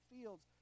fields